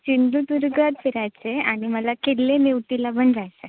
सिंधुदुर्गात फिरायचे आणि मला किल्ले नेवतीला पण जायचं आहे